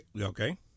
Okay